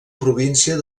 província